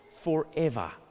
forever